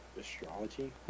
Astrology